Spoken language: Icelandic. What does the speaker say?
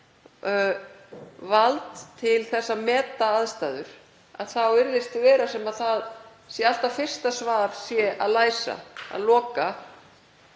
vald til að meta aðstæður þá virðist vera sem það sé alltaf fyrsta svar að læsa, að loka